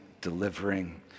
delivering